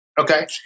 Okay